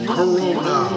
Corona